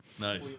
Nice